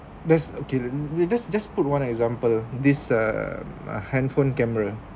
that's okay they just just put one example this uh my handphone camera